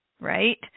right